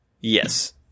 Yes